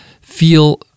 feel